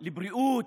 לבריאות,